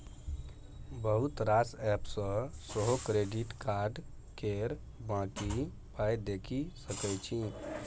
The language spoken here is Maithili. बहुत रास एप्प सँ सेहो क्रेडिट कार्ड केर बाँकी पाइ देखि सकै छी